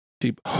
Deep